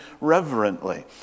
reverently